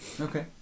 okay